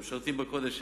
המשרתים בקודש,